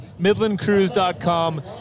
MidlandCruise.com